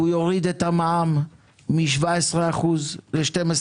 והוא יוריד את המע"מ מ-17% ל-12%.